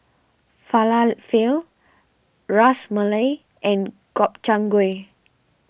Falafel Ras Malai and Gobchang Gui